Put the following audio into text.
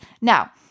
Now